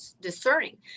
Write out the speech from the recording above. discerning